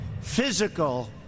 physical